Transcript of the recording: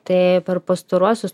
tai per pastaruosius